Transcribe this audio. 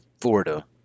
Florida